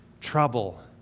trouble